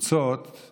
התפוצות